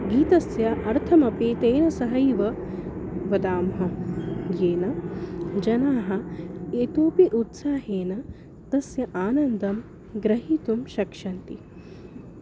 गीतस्य अर्थमपि तेन सहैव वदामः येन जनाः एतोपि उत्साहेन तस्य आनन्दं ग्रहीतुं शक्ष्यन्ति